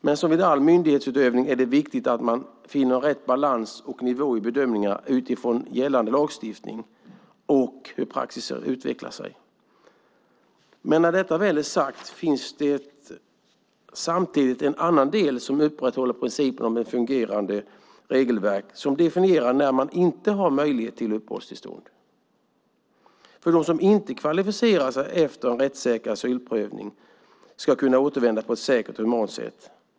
Men som vid all myndighetsutövning är det viktigt att man finner rätt balans och nivå i bedömningarna utifrån gällande lagstiftning och hur praxis utvecklar sig. När detta väl är sagt finns det en annan del som upprätthåller principen om ett fungerande regelverk som definierar när man inte har möjlighet till uppehållstillstånd. De som inte kvalificerar sig efter en rättssäker asylprövning ska kunna återvända på ett säkert och humant sätt.